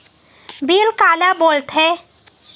Bill काला बोल थे?